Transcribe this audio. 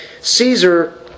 Caesar